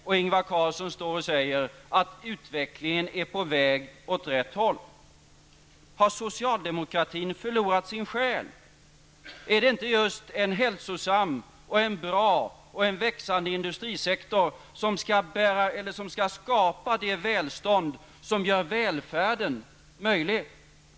Men Ingvar Carlsson står och säger att utvecklingen är på väg åt rätt håll! Har socialdemokratin förlorat sin själ? Är det inte just en hälsosam, bra och växande industrisektor som skall skapa det välstånd som gör välfärden möjlig?